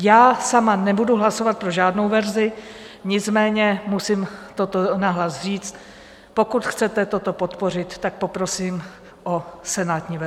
Já sama nebudu hlasovat pro žádnou verzi, nicméně musím toto nahlas říct: Pokud chcete toto podpořit, tak poprosím o senátní verzi.